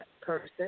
person